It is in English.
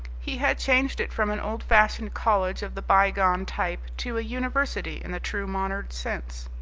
he had changed it from an old-fashioned college of the by-gone type to a university in the true modern sense.